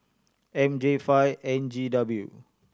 M J five N G W